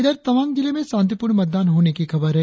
इधर तवांग जिले में शांतिपूर्ण मतदान होने की खबर है